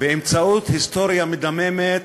באמצעות היסטוריה מדממת,